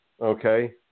Okay